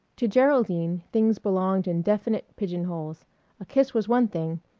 to geraldine things belonged in definite pigeonholes a kiss was one thing,